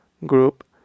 Group